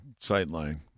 sightline